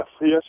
Yes